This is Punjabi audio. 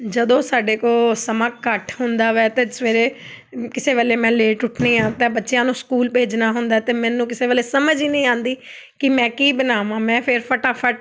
ਜਦੋਂ ਸਾਡੇ ਕੋਲ ਸਮਾਂ ਘੱਟ ਹੁੰਦਾ ਹੈ ਅਤੇ ਸਵੇਰੇ ਕਿਸੇ ਵੇਲੇ ਮੈਂ ਲੇਟ ਉੱਠਦੀ ਹਾਂ ਅਤੇ ਬੱਚਿਆਂ ਨੂੰ ਸਕੂਲ ਭੇਜਣਾ ਹੁੰਦਾ ਤਾਂ ਮੈਨੂੰ ਕਿਸੇ ਵੇਲੇ ਸਮਝ ਹੀ ਨਹੀਂ ਆਉਂਦੀ ਕਿ ਮੈਂ ਕੀ ਬਣਾਵਾ ਮੈਂ ਫਿਰ ਫਟਾਫਟ